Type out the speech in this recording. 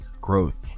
growth